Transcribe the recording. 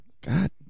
God